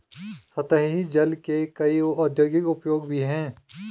सतही जल के कई औद्योगिक उपयोग भी हैं